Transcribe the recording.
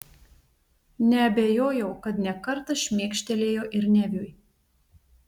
neabejojau kad ne kartą šmėkštelėjo ir neviui